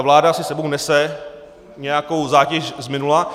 Vláda si s sebou nese nějakou zátěž z minula.